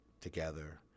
together